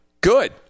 Good